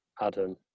Adam